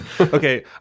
Okay